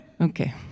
Okay